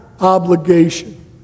obligation